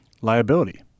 liability